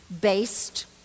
Based